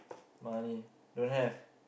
money don't have